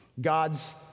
God's